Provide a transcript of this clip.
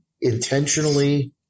intentionally